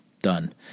done